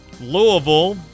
Louisville